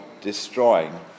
destroying